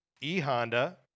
E-Honda